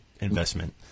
investment